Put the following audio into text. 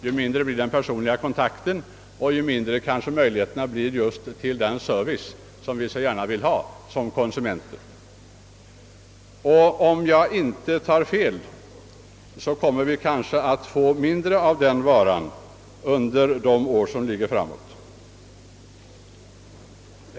Samtidigt blir den personliga kontakten mindre och även srevicemöjligheterna, som vi i egenskap av konsumenter så gärna vill ha, försämrade. Om jag inte tar fel, kommer vi att få allt mindre av den varan under de år som ligger framför oss.